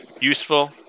useful